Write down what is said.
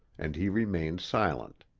and he remained silent.